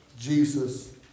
Jesus